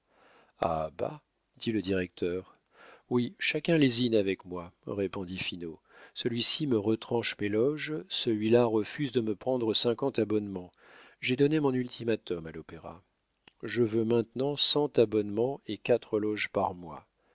bah dit le directeur oui chacun lésine avec moi répondit finot celui-ci me retranche mes loges celui-là refuse de me prendre cinquante abonnements j'ai donné mon ultimatum à l'opéra je veux maintenant cent abonnements et quatre loges par mois